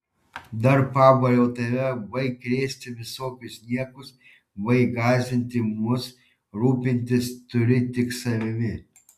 dar pabariau tave baik krėsti visokius niekus baik gąsdinti mus rūpintis turi tik savimi